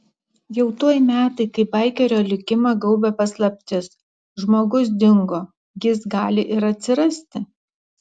jau tuoj metai kai baikerio likimą gaubia paslaptis žmogus dingo jis gali ir atsirasti